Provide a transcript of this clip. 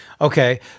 okay